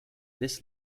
this